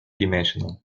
dimensional